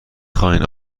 خواین